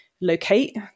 locate